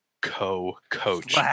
co-coach